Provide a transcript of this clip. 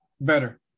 better